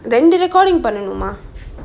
ரெண்டு:rendu recording பண்ணனுமா:pannanuma